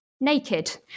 naked